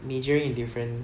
majoring in different